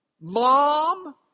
Mom